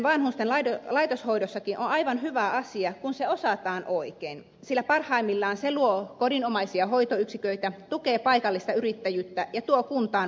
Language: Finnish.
kilpailuttaminen vanhusten laitoshoidossakin on aivan hyvä asia kun se osataan oikein sillä parhaimmillaan se luo kodinomaisia hoitoyksiköitä tukee paikallista yrittäjyyttä ja tuo kuntaan verotuloja